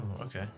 okay